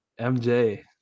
MJ